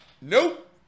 Nope